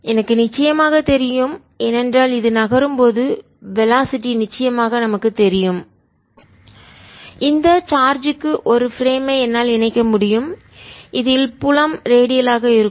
எனக்கு நிச்சயமாகத் தெரியும்ஏனென்றால் இது நகரும்போது வெலாசிட்டி நிச்சயமாக நமக்குத் தெரியும்இந்த சார்ஜ் க்கு ஒரு பிரேம் ஐ என்னால் இணைக்க முடியும் இதில் புலம் ரேடியலாக இருக்கும்